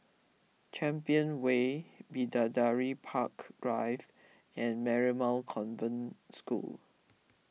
Champion Way Bidadari Park Drive and Marymount Convent School